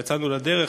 יצאנו לדרך,